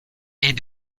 est